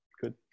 Good